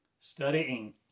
Studying